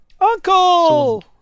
Uncle